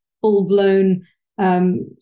full-blown